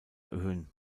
erhöhen